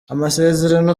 amasezerano